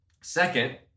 Second